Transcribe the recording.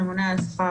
הממונה על השכר,